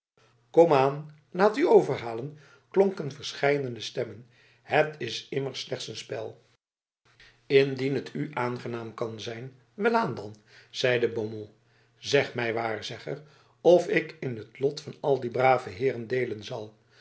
laat u overhalen klonken verscheidene stemmen het is immers slechts een spel indien het u aangenaam kan zijn welaan dan zeide beaumont zeg mij waarzegger of ik in het lot van al die brave heeren deelen zal